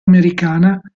americana